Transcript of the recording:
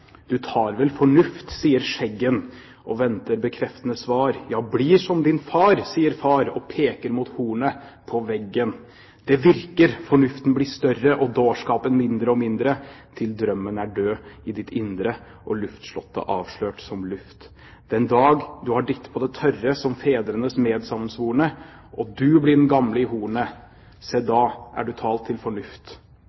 tar vel fornuft?» sier skjeggen, og venter bekreftende svar. «Ja, bli som din far!» sier far, og peker mot hornet på veggen. … Det virker! Fornuften blir større og dårskapen mindre og mindre, til drømmen er død i ditt indre, og luftslottet avslørt som – luft. Den dag du har ditt på det tørre som fedrenes medsammensvorne, og du blir den gamle i hornet, se,